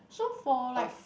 so for like